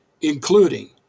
including